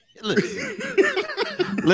listen